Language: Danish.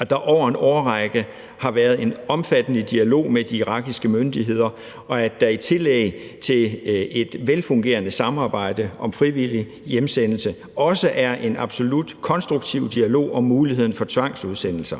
at der over en årrække har været en omfattende dialog med de irakiske myndigheder, og at der i tillæg til et velfungerende samarbejde om frivillig hjemsendelse også er en absolut konstruktiv dialog om muligheden for tvangsudsendelser.